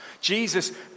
Jesus